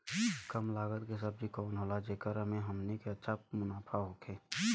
कम लागत के सब्जी कवन होला जेकरा में हमनी के अच्छा मुनाफा होखे?